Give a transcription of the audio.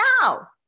now